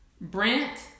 Brent